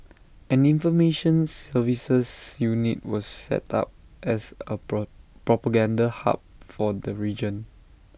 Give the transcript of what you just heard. an information services unit was set up as A pro propaganda hub for the region